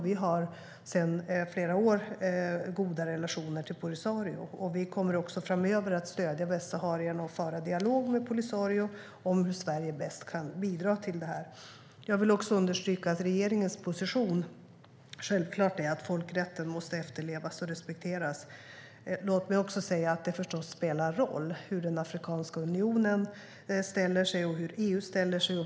Vi har sedan flera år goda relationer till Polisario. Vi kommer också framöver att stödja västsaharierna och föra dialog med Polisario om hur Sverige bäst kan bidra. Jag vill också understryka att regeringens position självklart är att folkrätten måste efterlevas och respekteras. Låt mig även säga att det förstås spelar roll hur Afrikanska unionen ställer sig och hur EU ställer sig.